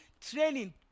training